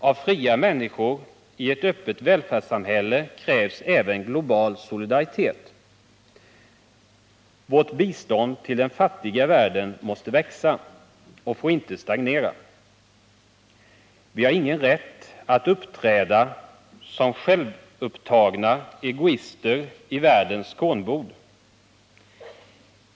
Av fria människor i ett öppet välfärdssamhälle krävs även global solidaritet. Vårt bistånd till den fattiga världen måste växa och får inte stagnera. Vi har ingen rätt att uppträda som självupptagna egoister i världens kornbod.